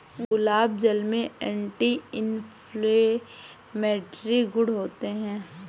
गुलाब जल में anti inflammatory गुण होते हैं